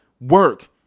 work